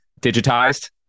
digitized